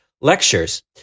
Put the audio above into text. lectures